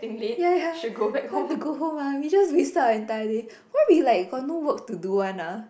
ya ya want to go home ah we just wasted our entire day why we like got no work to do [one] ah